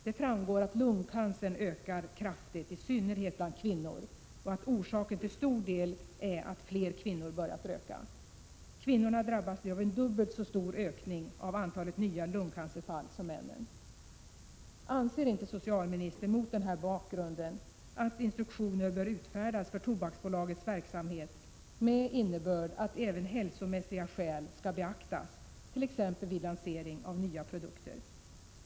Där framgår att lungcancern ökar kraftigt, i synnerhet bland kvinnor, och att orsaken till stor del är att fler kvinnor börjat röka. Kvinnorna drabbas nu av en dubbelt så stor ökning av antalet nya lungcancerfall som männen. Anser inte socialministern mot den här bakgrunden att instruktioner bör utfärdas för Tobaksbolagets verksamhet med innebörd att även hälsomässiga skäl skall beaktas t.ex. vid lansering av nya produkter?